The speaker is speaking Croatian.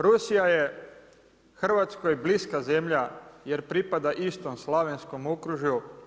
Rusija je Hrvatskoj bliska zemlja jer pripada istom slavenskom okružju.